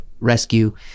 rescue